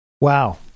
Wow